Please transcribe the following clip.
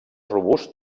robust